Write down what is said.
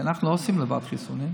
אנחנו לא עושים לבד חיסונים,